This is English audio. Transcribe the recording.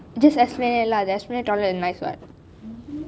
just esplanade lah the esplanade toilet is nice what